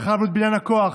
הרחבנו את בניין הכוח,